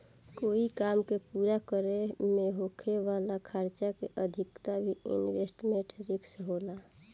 कोई काम के पूरा करे में होखे वाला खर्चा के अधिकता भी इन्वेस्टमेंट रिस्क होला